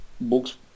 books